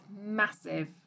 massive